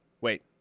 Wait